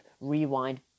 Rewind